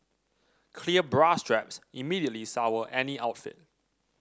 clear bra straps immediately sour any outfit